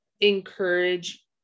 encourage